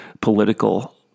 political